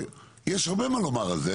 יש הרבה מה לומר על זה.